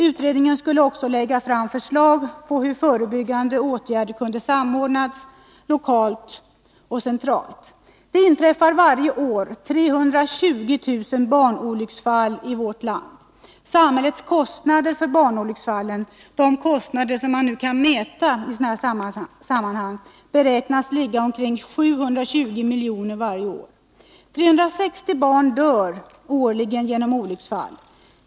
Utredningen skulle också lägga fram förslag om hur förebyggande åtgärder kunde samordnas, lokalt och centralt. Det inträffar varje år 320000 barnolycksfall i vårt land. Samhällets kostnader för barnolycksfallen — de kostnader som kan mätas i sådana sammanhang -— beräknas ligga på omkring 720 milj.kr. varje år. 360 barn dör årligen genom olycksfall.